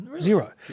Zero